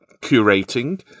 curating